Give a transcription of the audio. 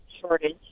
shortage